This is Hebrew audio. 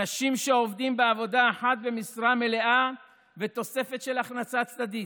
אנשים שעובדים בעבודה אחת במשרה מלאה ותוספת של הכנסה צדדית,